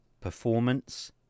performance